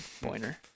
pointer